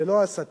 זה לא הסתה?